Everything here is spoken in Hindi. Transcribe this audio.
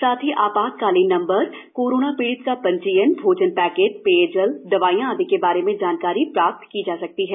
साथ ही आपातकालीन नंबर कोरोना पीड़ित का पंजीयन भोजन पैकेट पेयजल दवाइयां आदि के बारे में जानकारी प्राप्त की जा सकती है